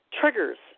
triggers